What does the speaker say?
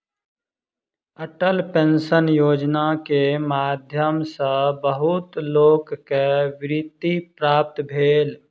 Atal pension Yojana के माध्यम सॅ बहुत लोक के वृत्ति प्राप्त भेल